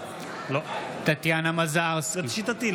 בעד טטיאנה מזרסקי,